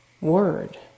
word